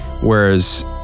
Whereas